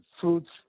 fruits